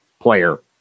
player